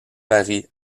paris